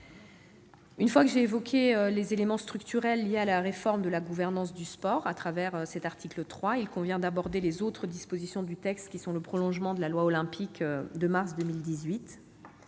Après avoir évoqué les éléments structurels liés à la réforme de la gouvernance du sport au travers de l'article 3, il convient d'aborder les autres dispositions du texte, qui sont le prolongement de la loi Olympique de mars 2018.